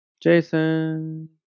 Jason